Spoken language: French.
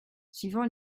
suivant